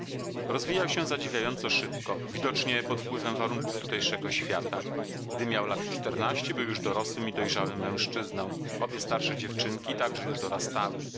rozwijał się zadziwiająco szybko widocznie pod wpływem warunków tutejszego świata gdy miał lat czternaście był już dorosłym i dojrzałym mężczyzną obie starsze dziewczynki także już dorastały